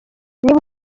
niba